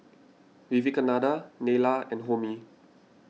Vivekananda Neila and Homi